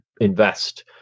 invest